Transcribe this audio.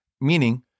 meaning